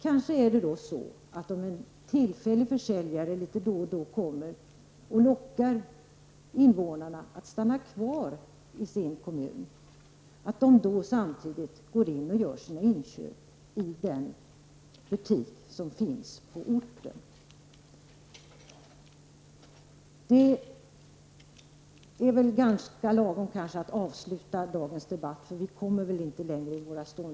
Kanske gör invånarna, om en tillfällig försäljare då och då lockar dem att stanna kvar i sin kommun, sina inköp i den butik som finns på orten. Jag tror att det kan vara dags att avsluta dagens debatt, för jag tror inte att vi kommer längre i diskussionen.